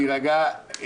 תירגע,